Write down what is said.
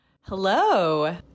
Hello